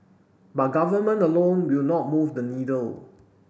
but government alone will not move the needle